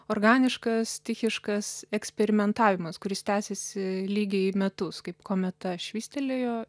organiškas stichiškas eksperimentavimas kuris tęsėsi lygiai metus kaip kometa švystelėjo